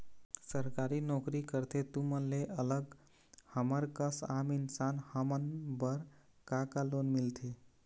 सरकारी नोकरी करथे तुमन ले अलग हमर कस आम इंसान हमन बर का का लोन मिलथे?